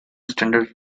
standard